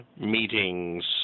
meetings